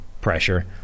pressure